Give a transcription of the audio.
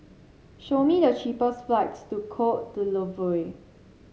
show me the cheapest flights to Cote d'Ivoire